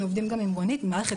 אנחנו עובדים גם עם רונית עם מערכת